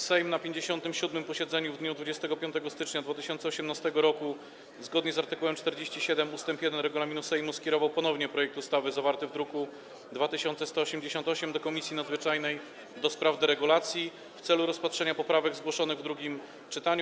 Sejm na 57. posiedzeniu w dniu 25 stycznia 2018 r. zgodnie z art. 47 ust. 1 regulaminu Sejmu skierował ponownie projekt ustawy zawarty w druku nr 2188 do Komisji Nadzwyczajnej do spraw deregulacji w celu rozpatrzenia poprawek zgłoszonych w drugim czytaniu.